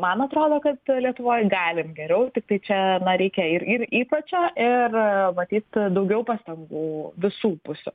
man atrodo kad lietuvoj galim geriau tiktai čia reikia ir ir įpročio ir matyt daugiau pastangų visų pusių